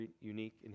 unique